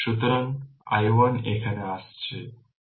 সুতরাং এই i1 এখানে আসছে এটি r i1